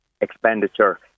expenditure